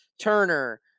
Turner